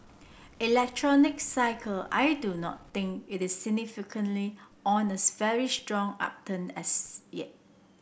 electronics cycle I do not think it is significantly on this very strong upturn as yet